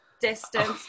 distance